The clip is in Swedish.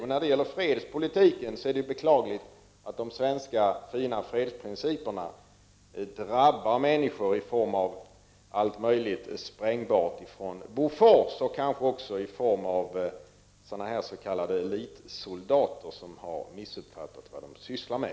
När det gäller fredspolitiken är det beklagligt att de svenska fina fredsprinciperna drabbar människor i form av allt möjligt sprängbart från Bofors, och kanske också i form av sådana här s.k. elitsoldater som har missuppfattat vad de sysslar med.